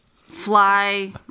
Fly